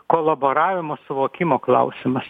kolaboravimo suvokimo klausimas